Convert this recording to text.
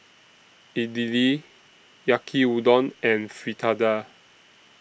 Idili Yaki Udon and Fritada